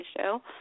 show